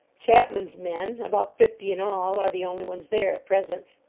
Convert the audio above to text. chapman's men about fifty in all are the only ones there at present.